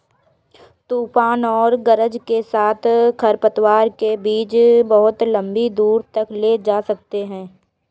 तूफान और गरज के साथ खरपतवार के बीज बहुत लंबी दूरी तक ले जा सकते हैं